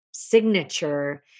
signature